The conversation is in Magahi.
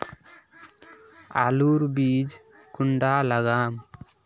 आलूर बीज कुंडा लगाम?